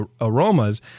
aromas